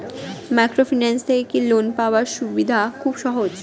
Microfinance থেকে কি loan পাওয়ার সুবিধা খুব সহজ?